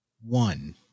one